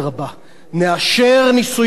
נאשר נישואים אזרחיים,